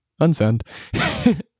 unsend